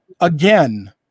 again